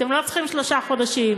אתם לא צריכים שלושה חודשים.